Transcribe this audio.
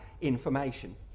information